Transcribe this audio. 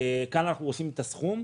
כאן אנחנו רושמים את הסכום.